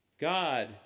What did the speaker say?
God